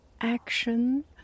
action